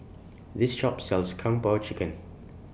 This Shop sells Kung Po Chicken